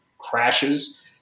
crashes